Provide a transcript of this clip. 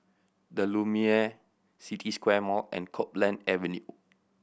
The Lumiere City Square Mall and Copeland Avenue